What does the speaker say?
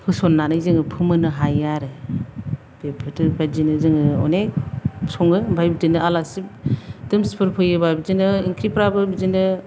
होसननानै जोङो फोमोननो हायो आरो बेफोरबादिनो जोङो अनेख सङो ओमफाय बिदिनो आलासि दुमसिफोर फैयोबा बिदिनो ओंख्रिफ्रा बो बिदिनो